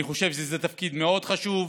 אני חושב שזה תפקיד מאוד חשוב.